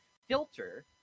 filter